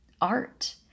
art